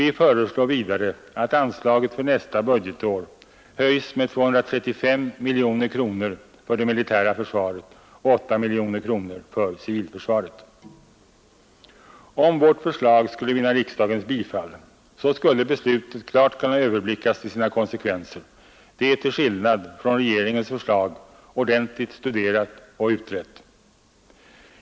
Vi föreslår vidare att anslaget för nästa budgetår höjs med 235 miljoner kronor för det militära försvaret och med 8 miljoner kronor för civilförsvaret. Om vårt förslag skulle vinna riksdagens bifall, skulle beslutet klart kunna överblickas till sina konsekvenser — det är till skillnad från regeringens förslag ordentligt studerat och utrett.